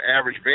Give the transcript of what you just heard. average